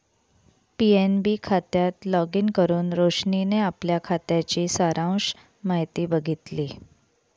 PNB खात्यात login करुन रोशनीने आपल्या खात्याची सारांश माहिती बघितली